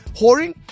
Whoring